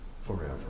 forever